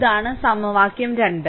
ഇതാണ് സമവാക്യം 2